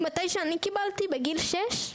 מתי שאני קיבלתי בגיל 6?